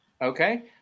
Okay